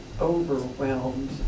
overwhelmed